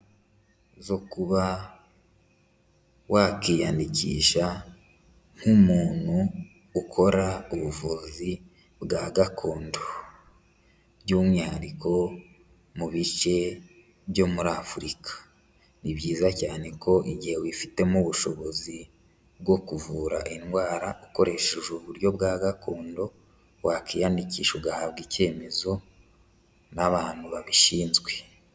Zo kuba wakiyandikisha nk'umuntu ukora ubuvuzi bwa gakondo by'umwihariko mu bice byo muri Afurika. Ni byiza cyane ko igihe wifitemo ubushobozi bwo kuvura indwara ukoresheje uburyo bwa gakondo wakiyandikisha ugahabwa icyemezo n'abantu babishinzwe.